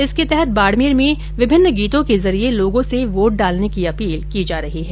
इसके तहत बाडमेर में लोकगीतों के जरिये लोगों से वोट डालने की अपील की जा रही है